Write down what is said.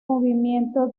movimiento